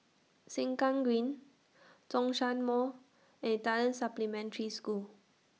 Sengkang Green Zhongshan Mall and Italian Supplementary School